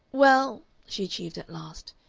well, she achieved at last.